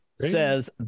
Says